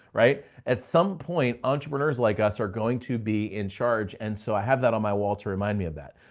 right? at some point entrepreneurs like us are going to be in charge. and so i have that on my wall to remind me of that.